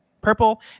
Purple